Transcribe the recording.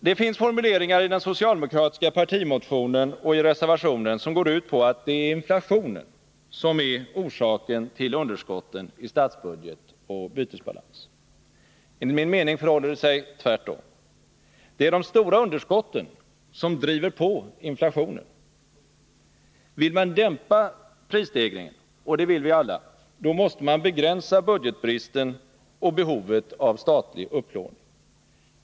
Det finns formuleringar i den socialdemokratiska partimotionen och i reservationen som går ut på att det är inflationen som är orsaken till underskotten i statsbudget och bytesbalans. Enligt min mening förhåller det sig tvärtom. Det är de stora underskotten som driver på inflationen! Vill man dämpa prisstegringen — och det vill vi alla — måste man begränsa budgetbristen och behovet av statlig upplåning.